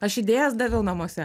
aš idėjas daviau namuose